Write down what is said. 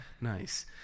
Nice